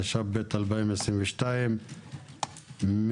התשפ"ב 2022,